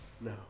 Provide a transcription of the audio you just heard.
No